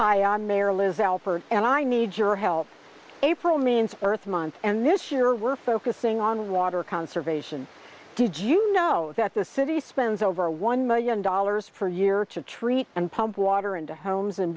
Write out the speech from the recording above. alford and i need your help april means earth month and this year we're focusing on water conservation did you know that the city spends over one million dollars for year to treat and pump water into homes and